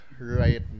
right